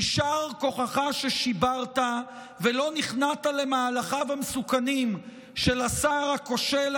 יישר כוחך ששיברת ולא נכנעת למהלכיו המסוכנים של השר הכושל,